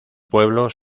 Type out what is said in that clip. pueblos